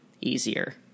easier